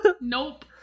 Nope